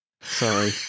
Sorry